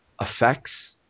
effects